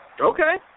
Okay